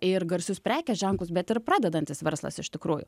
ir garsius prekės ženklus bet ir pradedantis verslas iš tikrųjų